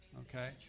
Okay